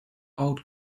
old